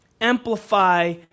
amplify